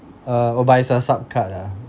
err oh but it's a sub card ah